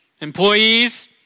employees